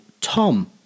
Tom